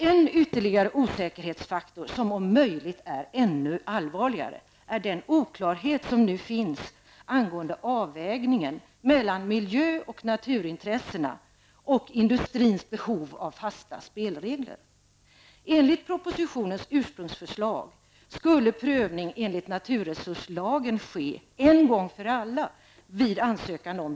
En ytterligare osäkerhetsfaktor, som om möjligt är ännu allvarligare, är den oklarhet som nu finns angående avvägningen mellan miljö och naturintressena och industrins behov av fasta spelregler.